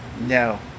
No